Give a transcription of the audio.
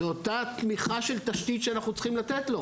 זו אותה תמיכה של תשתית שאנחנו צריכים לתת לו.